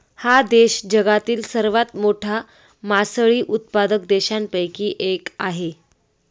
हा देश जगातील सर्वात मोठा मासळी उत्पादक देशांपैकी एक आहे